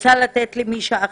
את רוצה לתת לי את מי שאחראית?